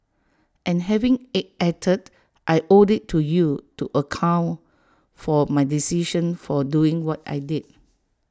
and having ache acted I owe IT to you to account for my decisions for doing what I did